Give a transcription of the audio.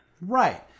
Right